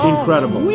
Incredible